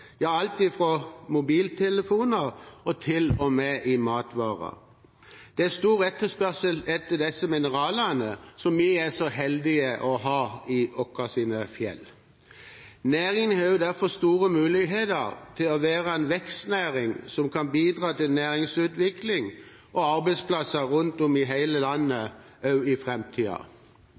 alt fra mobiltelefoner og til og med i matvarer. Det er stor etterspørsel etter disse mineralene, som vi er så heldige å ha i våre fjell. Næringen har derfor store muligheter for å være en vekstnæring som kan bidra til næringsutvikling og arbeidsplasser rundt om i hele landet